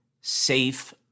safe